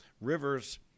Rivers